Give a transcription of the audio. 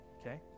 Okay